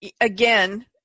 again